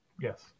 Yes